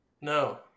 no